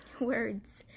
Words